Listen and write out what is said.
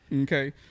okay